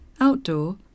Outdoor